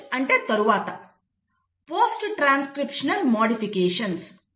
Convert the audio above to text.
post అంటే తరువాత post transcriptional modifications